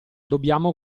dobbiamo